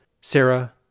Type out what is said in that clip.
Sarah